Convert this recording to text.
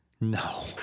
No